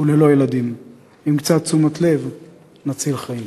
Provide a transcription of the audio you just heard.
ובכך שלא נאפשר לילדים מתחת לגיל חמש